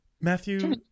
matthew